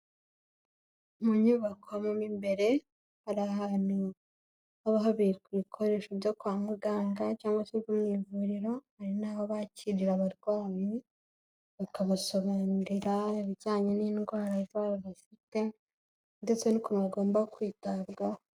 Mu nyubako mo imbere hari ahantu haba habikwa ibikoresho byo kwa muganga, cyangwa se byo mu ivuriro, hari naho bakirira abarwayi bakabasobanurira ibijyanye n'indwara zabo bafite, ndetse n'ukuntu bagomba kwitabwaho.